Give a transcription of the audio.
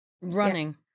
Running